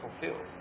fulfilled